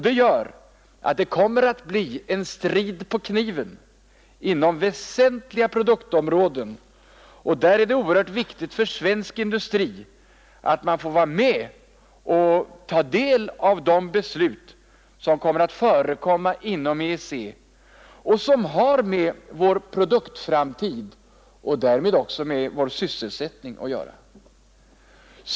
Det gör att det kommer att bli en strid på kniven inom väsentliga produktområden, och därvid är det oerhört viktigt för svensk industri att man får vara med och ta del i de beslut som kommer att fattas inom EEC och som har med vår produktframtid och därmed också med vår sysselsättning att göra.